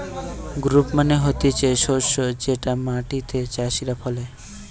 crop মানে হতিছে শস্য যেটা মাটিতে চাষীরা ফলে